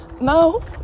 no